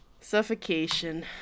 Suffocation